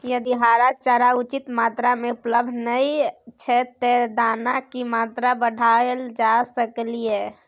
यदि हरा चारा उचित मात्रा में उपलब्ध नय छै ते दाना की मात्रा बढायल जा सकलिए?